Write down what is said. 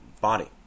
body